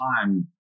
time